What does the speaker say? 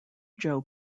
joe